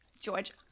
George